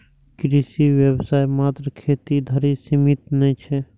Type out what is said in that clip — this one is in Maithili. कृषि व्यवसाय मात्र खेती धरि सीमित नै छै